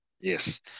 yes